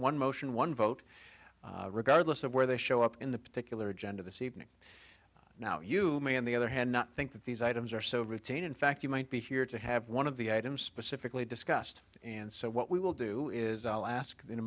one motion one vote regardless of where they show up in the particular agenda this evening now you may on the other hand not think that these items are so routine in fact you might be here to have one of the items specifically discussed and so what we will do is i'll ask